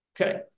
Okay